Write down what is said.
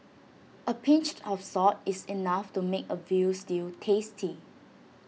A pinch of salt is enough to make A Veal Stew tasty